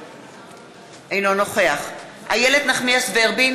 אינו נוכח איילת נחמיאס ורבין,